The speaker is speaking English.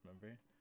Remember